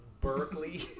Berkeley